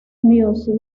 music